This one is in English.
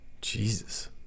Jesus